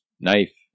knife